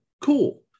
cool